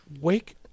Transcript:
Wake